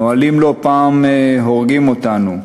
נהלים לא פעם הורגים אותנו.